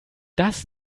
das